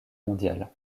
mondiale